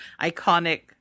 iconic